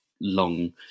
long